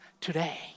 today